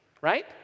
right